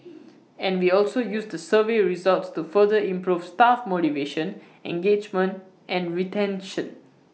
and we also use the survey results to further improve staff motivation engagement and retention